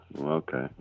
Okay